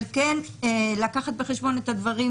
אבל כן לקחת בחשבון את הדברים,